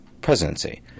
presidency